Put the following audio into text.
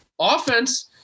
Offense